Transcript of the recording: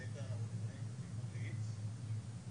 אבל יוצא בעצם שמחמירים עם אזרחי ישראל.